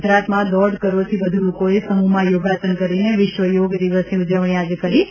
ગુજરાતમાં દોઢ કરોડથી વધુ લોકોએ સમૂહમાં યોગાસન કરીને વિશ્વ યોગ દિવસની ઉજવણી આજે કરી હતી